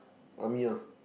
army ah